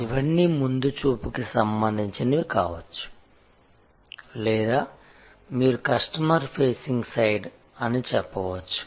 png అదే విధంగా ఇవన్నీ ముందు చూపుకి సంబంధించినవి కావచ్చు లేదా మీరు కస్టమర్ ఫేసింగ్ సైడ్ అని చెప్పవచ్చు